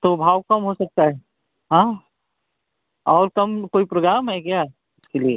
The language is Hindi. तो भाव कम हो सकता है हाँ और कम कोई प्रोग्राम है क्या इसके लिए